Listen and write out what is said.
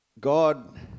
God